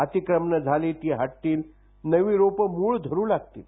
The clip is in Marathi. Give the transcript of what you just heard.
अतिक्रमणं झालीत ती हटतील नवी रोपं मूळ धरू लागतील